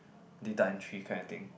data entry kind of thing